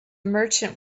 merchant